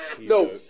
No